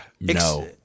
No